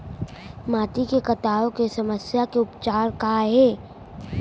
माटी के कटाव के समस्या के उपचार काय हे?